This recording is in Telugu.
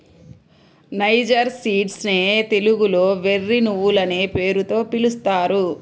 నైజర్ సీడ్స్ నే తెలుగులో వెర్రి నువ్వులనే పేరుతో పిలుస్తారు